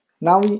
Now